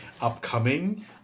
upcoming